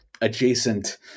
adjacent